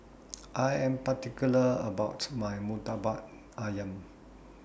I Am particular about My Murtabak Ayam